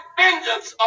vengeance